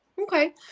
Okay